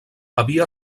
havia